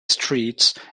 streets